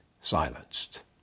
silenced